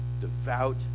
devout